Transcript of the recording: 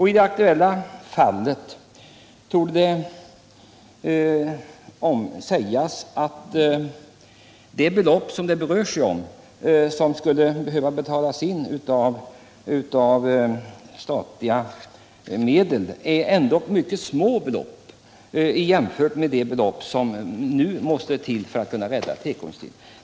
I det aktuella fallet torde det kunna sägas att de belopp som skulle behöva betalas in av statliga medel är mycket små jämfört med de belopp som nu måste till för att rädda tekoindustrin.